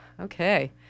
okay